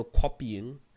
copying